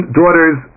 daughters